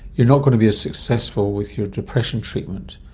you're not going to be as successful with your depression treatment,